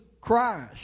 Christ